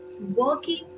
working